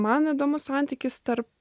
man įdomus santykis tarp